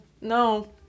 no